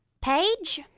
Page